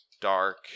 dark